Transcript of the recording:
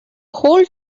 whole